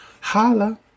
Holla